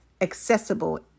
accessible